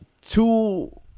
two